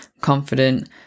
confident